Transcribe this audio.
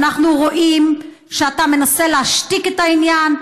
ואנחנו רואים שאתה מנסה להשתיק את העניין.